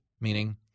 meaning